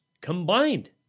combined